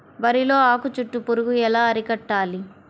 వరిలో ఆకు చుట్టూ పురుగు ఎలా అరికట్టాలి?